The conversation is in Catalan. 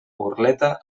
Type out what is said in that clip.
burleta